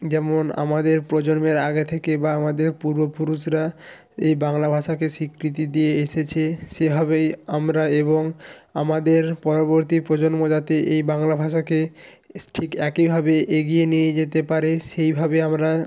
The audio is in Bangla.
যেমন আমাদের প্রজন্মের আগে থেকে বা আমাদের পূর্বপুরুষরা এই বাংলা ভাষাকে স্বীকৃতি দিয়ে এসেছে সেভাবেই আমরা এবং আমাদের পরবর্তী প্রজন্ম যাতে এই বাংলা ভাষাকে ঠিক একইভাবে এগিয়ে নিয়ে যেতে পারে সেইভাবে আমরা